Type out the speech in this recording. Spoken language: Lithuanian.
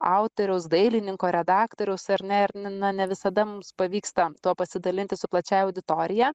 autoriaus dailininko redaktoriaus ar ne ir na ne visada mums pavyksta tuo pasidalinti su plačiąja auditorija